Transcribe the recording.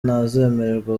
ntazemererwa